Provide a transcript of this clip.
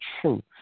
true